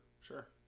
Sure